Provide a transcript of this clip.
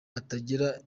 atagira